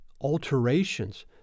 alterations